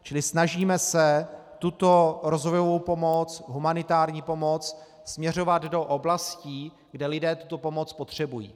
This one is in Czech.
Čili snažíme se tuto rozvojovou pomoc, humanitární pomoc, směřovat do oblastí, kde lidé tuto pomoc potřebují.